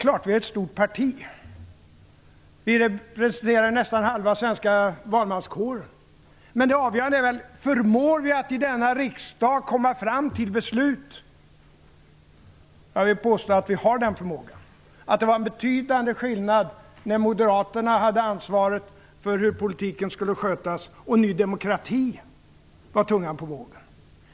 Vi är ett stort parti. Vi representerar nästan halva svenska valmanskåren. Men det avgörande är: Förmår vi att i denna riksdag komma fram till beslut? Jag vill påstå att vi har den förmågan. Det är en betydande skillnad mot när Moderaterna hade ansvaret för hur politiken skulle skötas och Ny demokrati var tungan på vågen.